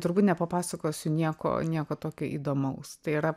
turbūt nepapasakosiu nieko nieko tokio įdomaus tai yra